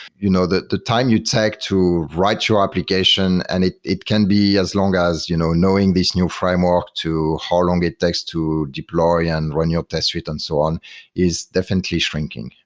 you know the the time you take to write your application, and it it can be as long as you know knowing this new framework to how long it takes to deploy and run your test suite and so on is definitely shrinking.